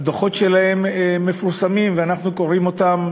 הדוחות שלו מפורסמים ואנחנו קוראים אותם